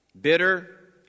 Bitter